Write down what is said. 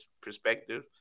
perspective